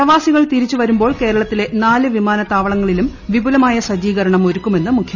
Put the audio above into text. പ്രവാസികൾ തിരിച്ചുവരുമ്പോൾ കേരളത്തിലെ നാല് വിമാനത്താവളങ്ങളിലും വിപുലമായ സജ്ജീകരണം ഒരുക്കുമെന്ന് മുഖ്യമന്ത്രി